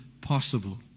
possible